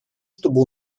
чтобы